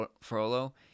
Frollo